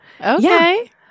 Okay